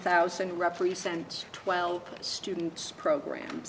thousand represents twelve students program